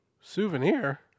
Souvenir